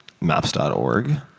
maps.org